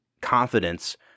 confidence